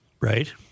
right